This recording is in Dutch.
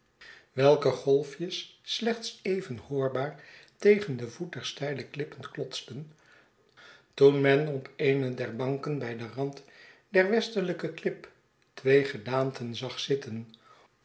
welker golfjes slechts even hoorbaar tegen den voet der steile klippen klotsten toen men op eene der banken btj den rand der westelijke klip twee gedaanten zag zitten